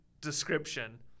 description